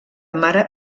mare